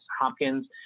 Hopkins